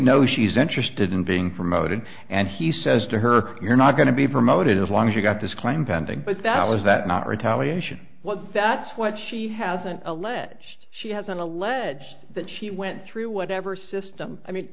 know she's interested in being promoted and he says to her you're not going to be promoted as long as you've got this claim pending but that was that not retaliation what that's what she hasn't alleged she has an alleged that she went through whatever system i mean